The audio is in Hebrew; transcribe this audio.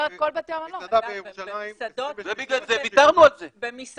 ובגלל זה ויתרנו על זה.